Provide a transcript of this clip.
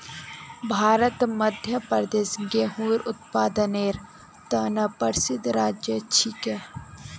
भारतत मध्य प्रदेश गेहूंर उत्पादनेर त न प्रसिद्ध राज्य छिके